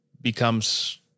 becomes